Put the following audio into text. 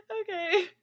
Okay